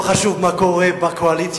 לא חשוב מה קורה בקואליציה,